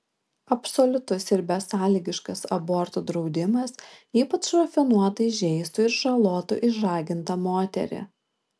absoliutus ir besąlygiškas abortų draudimas ypač rafinuotai žeistų ir žalotų išžagintą moterį